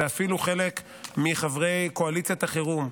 ואפילו חלק מחברי קואליציית החירום,